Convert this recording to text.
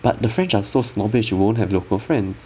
but the french are so snobbish you won't have local friends